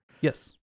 Yes